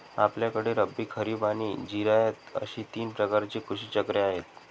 आपल्याकडे रब्बी, खरीब आणि जिरायत अशी तीन प्रकारची कृषी चक्रे आहेत